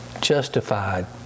Justified